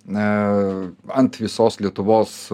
na ant visos lietuvos